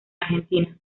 argentina